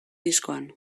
diskoan